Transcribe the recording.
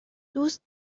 دوست